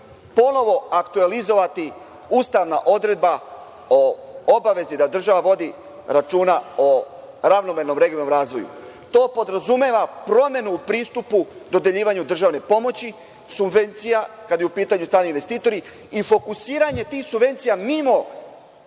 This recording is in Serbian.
ponovo aktuelizovati ustavna odredba o obavezi da država vodi računa o ravnomernom regionalnom razvoju. To podrazumeva promenu u pristupu dodeljivanju državne pomoći, subvencija, kada su u pitanju strani investitori, i fokusiranje tih subvencija mimo